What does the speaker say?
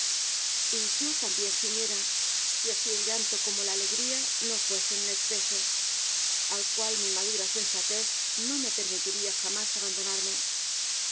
y yo también gimiera si así el llanto como la alegría no fuesen un exceso al cual mi madura sensatez no me permitiría jamás abandonarme